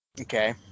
okay